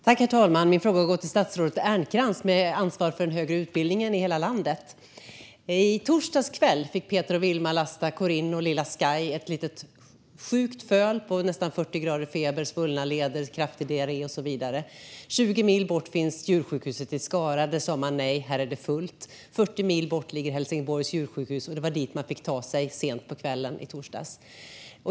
Herr talman! Min fråga går till statsrådet Ernkrans, som har ansvar för den högre utbildningen i hela landet. I torsdags kväll fick Peter och Wilma lasta in Corinne och lilla Sky, ett litet sjukt föl med nästan 40 graders feber, svullna leder, kraftig diarré och så vidare. 20 mil bort finns djursjukhuset i Skara. Där sa man: Nej, här är det fullt. 40 mil bort ligger Helsingborgs djursjukhus, och det var dit man fick ta sig sent på kvällen i torsdags.